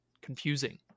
confusing